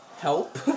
help